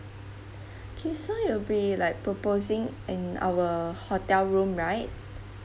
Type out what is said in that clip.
K so you'll be like proposing in our hotel room right